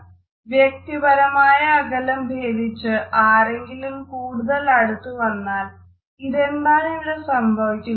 "വ്യക്തിപരമായ അകലം ഭേദിച്ച് ആരെങ്കിലും കൂടുതൽ അടുത്തു വന്നാൽ 'ഇതെന്താണ് ഇവിടെ സംഭവിക്കുന്നത്